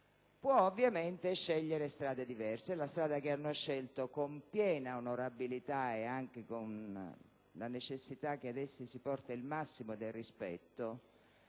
può scegliere strade diverse. È la strada che hanno scelto con piena onorabilità e anche con la necessità che ad essi si porti il massimo del rispetto